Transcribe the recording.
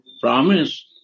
promise